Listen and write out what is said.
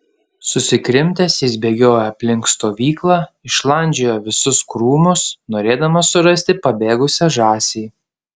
susikrimtęs jis bėgiojo aplink stovyklą išlandžiojo visus krūmus norėdamas surasti pabėgusią žąsį